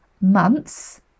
months